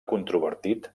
controvertit